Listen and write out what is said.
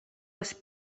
les